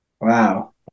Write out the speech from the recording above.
Wow